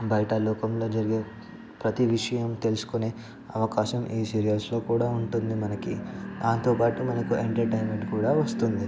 బయట లోకంలో జరిగే ప్రతీ విషయం తెలుసుకొనే అవకాశం ఈ సీరియల్స్లో కూడా ఉంటుంది మనకి దాంతోపాటు మనకు ఎంటర్టైన్మెంట్ కూడా వస్తుంది